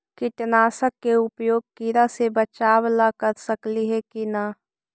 कीटनाशक के उपयोग किड़ा से बचाव ल कर सकली हे की न?